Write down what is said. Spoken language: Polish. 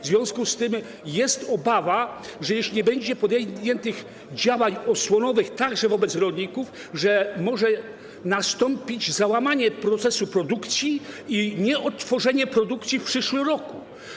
W związku z tym jest obawa, że jeśli nie będą podjęte działania osłonowe także wobec rolników, może nastąpić załamanie procesu produkcji i nieodtworzenie produkcji w przyszłym roku.